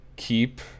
keep